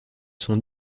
sont